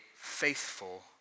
faithful